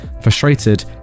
frustrated